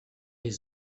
les